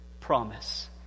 promise